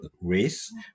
race